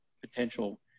potential